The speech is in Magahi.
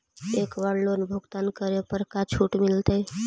एक बार लोन भुगतान करे पर का छुट मिल तइ?